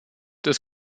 des